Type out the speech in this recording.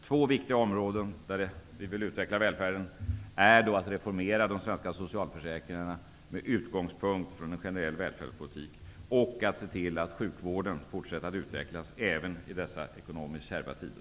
Två viktiga områden där vi vill utveckla välfärden är socialförsäkringarna, som vi vill reformera med utgångspunkt i en generell välfärdspolitik, och sjukvården, som vi vill ge möjlighet att fortsätta att utvecklas även i dessa ekonomiskt kärva tider.